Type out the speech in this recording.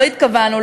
"לא התכוונו",